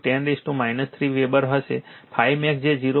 25 10 3 weber હશે ∅max જે 0